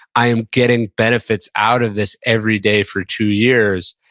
i am getting benefits out of this every day for two years.